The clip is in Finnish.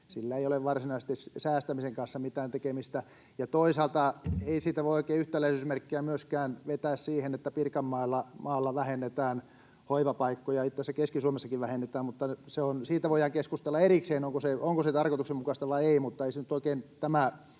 Sillä ei ole varsinaisesti säästämisen kanssa mitään tekemistä. Ja toisaalta ei siitä voi oikein yhtäläisyysmerkkejä vetää myöskään siihen, että Pirkanmaalla vähennetään hoivapaikkoja — itse asiassa Keski-Suomessakin vähennetään — mutta siitä voidaan keskustella erikseen, onko se tarkoituksenmukaista vai ei.